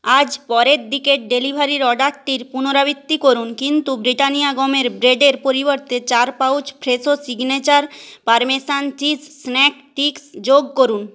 আজ পরের দিকের ডেলিভারির অর্ডারটির পুনরাবৃত্তি করুন কিন্তু ব্রিটানিয়া গমের ব্রেডের পরিবর্তে চার pouch Fresho signature parmesan cheese snack sticks যোগ করুন